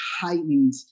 heightened